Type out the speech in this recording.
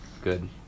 good